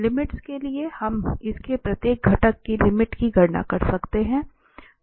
limits के लिए हम इसके प्रत्येक घटक की लिमिट की गणना कर सकते हैं